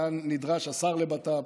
ונדרש השר לבט"פ,